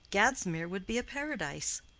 gadsmere would be a paradise.